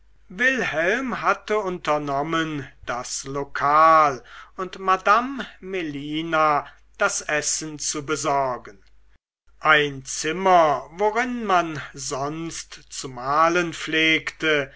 wilhelm hatte unternommen das lokal und madame melina das essen zu besorgen ein zimmer worin man sonst zu malen pflegte